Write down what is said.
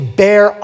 bear